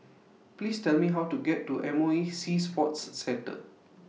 Please Tell Me How to get to M O E Sea Sports Centre